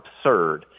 absurd